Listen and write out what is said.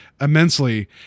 immensely